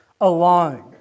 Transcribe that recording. alone